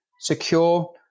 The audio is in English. secure